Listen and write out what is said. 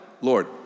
Lord